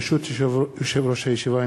ברשות יושב-ראש הישיבה,